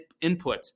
input